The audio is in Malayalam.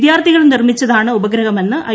വിദ്യാർത്ഥികൾ നിർമ്മിച്ചതാണ് ഉപഗ്രഹമെന്ന് ഐ